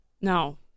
No